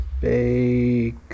Bake